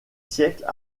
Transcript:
siècles